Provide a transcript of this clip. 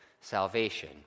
salvation